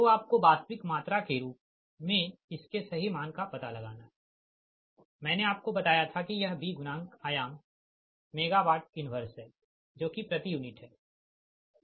तो आपको वास्तविक मात्रा के रूप मे इसके सही मान का पता लगाना है मैंने आपको बताया था कि यह B गुणांक आयाम MW 1 है जो कि प्रति यूनिट है